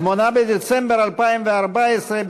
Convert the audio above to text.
8 בדצמבר 2014,